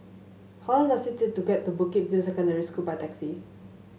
how long does it take to get to Bukit View Secondary School by taxi